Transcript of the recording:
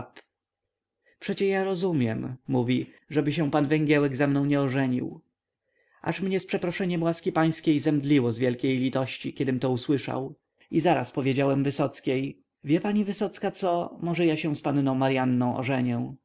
przecie ja rozumiem mówi żeby się pan węgiełek ze mną nie ożenił aż mnie z przeproszeniem łaski pańskiej zemdliło z wielkiej litości kiedym to usłyszał i zaraz powiedziałem wysockiej wie pani wysocka co może ja się z panną maryanną ożenię